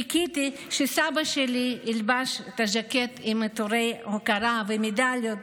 חיכיתי שסבא שלי ילבש את הז'קט עם עיטורי ההוקרה והמדליות